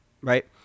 right